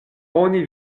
oni